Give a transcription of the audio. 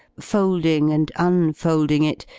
folding and unfolding it,